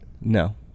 No